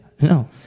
No